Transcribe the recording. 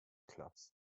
clubs